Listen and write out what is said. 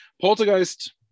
Poltergeist